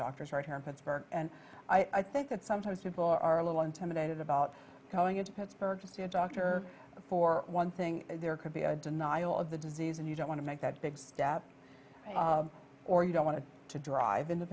doctors right her pittsburgh and i think that sometimes people are a little intimidated about going into pittsburgh to see a doctor for one thing there could be a denial of the disease and you don't want to make that big step or you don't want to to drive into